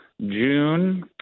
June